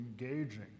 engaging